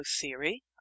theory